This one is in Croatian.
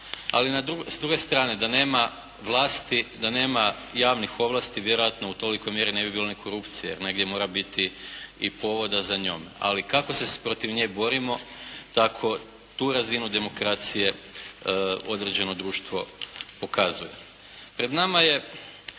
da nema vlasti, da nema javnih ovlasti vjerojatno u tolikoj mjeri ne bi bilo ni korupcije jer negdje mora biti i povoda za njom. Ali kako se protiv nje borimo tako tu razinu demokracije određeno društvo pokazuje. Pred nama je